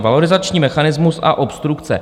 Valorizační mechanismus a obstrukce.